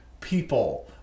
people